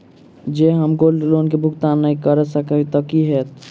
जँ हम gold loan केँ भुगतान न करऽ सकबै तऽ की होत?